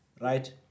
right